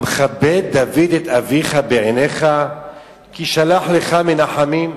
המכבד דוד את אביך בעיניך כי שלח לך מנחמים,